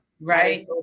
Right